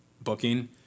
booking